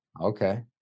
Okay